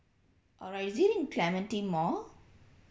alright is it in clementi mall